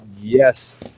yes